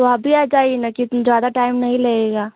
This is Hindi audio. तो आप ही आ जाइये न क्योंकि ज़्यादा टाइम नहीं लगेगा